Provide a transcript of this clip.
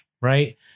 Right